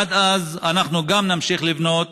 עד אז, אנחנו גם נמשיך לבנות,